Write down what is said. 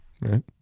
Right